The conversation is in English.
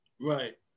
Right